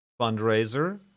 fundraiser